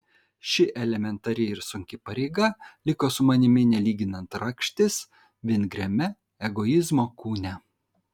ši elementari ir sunki pareiga liko su manimi nelyginant rakštis vingriame egoizmo kūne